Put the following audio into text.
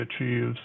achieves